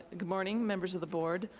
good morning, members of the board,